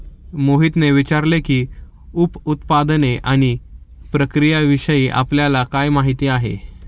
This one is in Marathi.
मोहितने विचारले की, उप उत्पादने आणि प्रक्रियाविषयी आपल्याला काय माहिती आहे?